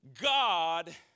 God